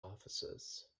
offices